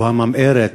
או הממארת,